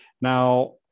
Now